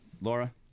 Laura